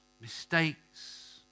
mistakes